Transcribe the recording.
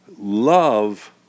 love